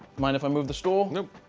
mind if i move the stool?